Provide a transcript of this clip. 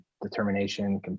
determination